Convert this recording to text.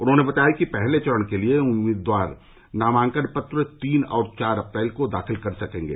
उन्होंने बताया कि पहले चरण के लिए उम्मीदवार नामांकन पत्र तीन और चार अप्रैल को दाखिल कर सकेंगे